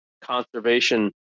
Conservation